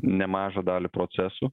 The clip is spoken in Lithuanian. nemažą dalį procesų